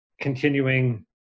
continuing